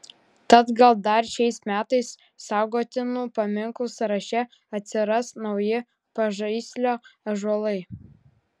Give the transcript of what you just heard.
tad gal dar šiais metais saugotinų paminklų sąraše atsiras nauji pažaislio ąžuolai